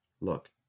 look